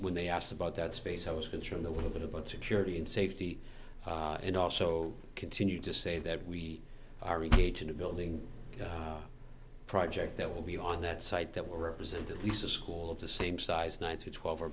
when they asked about that space i was concerned that would have been about security and safety and also continued to say that we are engaged in a building project that will be on that site that we're represented he's a school of the same size nine to twelve